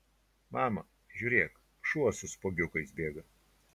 mama žiūrėk šuo su spuogiukais bėga